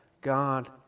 God